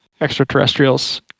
extraterrestrials